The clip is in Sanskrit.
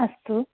अस्तु